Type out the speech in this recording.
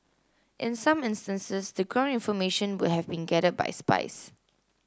in some instances the ground information would have been gathered by spies